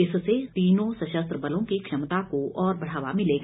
इससे तीनों सशस्त्र बलों की क्षमता को और बढावा मिलेगा